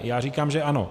Já říkám, že ano.